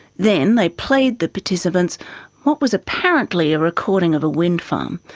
then they played the participants what was apparently a recording of a wind farm,